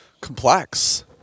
complex